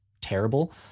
terrible